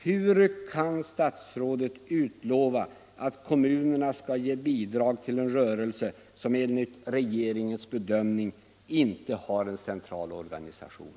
Hur kan statsrådet utlova att kommunerna skall ge bidrag till en rörelse som enligt regeringens bedömning inte har en central organisation?